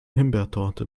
himbeertorte